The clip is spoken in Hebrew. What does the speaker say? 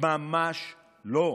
ממש לא.